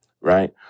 right